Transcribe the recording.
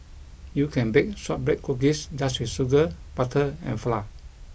you can bake shortbread cookies just with sugar butter and flour